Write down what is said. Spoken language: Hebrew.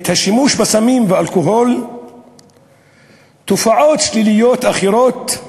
את השימוש בסמים ואלכוהול, תופעות שליליות אחרות,